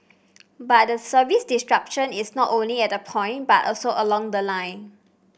but the service disruption is not only at the point but also along the line